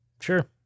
sure